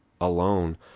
alone